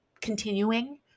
continuing